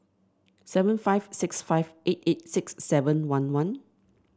seven five six five eight eight six seven one one